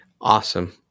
Awesome